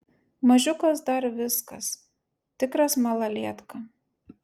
mažiukas dar viskas tikras malalietka